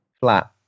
flat